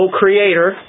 creator